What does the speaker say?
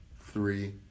Three